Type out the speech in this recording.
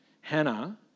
Hannah